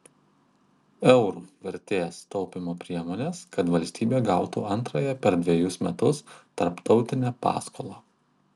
eur vertės taupymo priemones kad valstybė gautų antrąją per dvejus metus tarptautinę paskolą